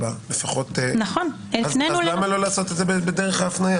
אז למה לא לעשות את זה בדרך ההפניה?